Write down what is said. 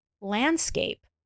landscape